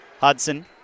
Hudson